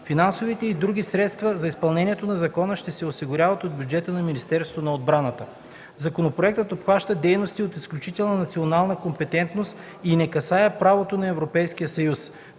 Финансовите и други средства за изпълнението на закона ще се осигуряват от бюджета на Министерството на отбраната. Законопроектът обхваща дейности от изключителна национална компетентност и не касае правото на Европейския съюз.